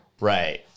Right